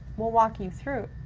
we'll walk you through it.